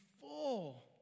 full